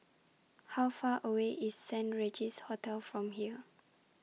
How Far away IS Saint Regis Hotel from here